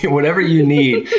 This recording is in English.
whatever you need.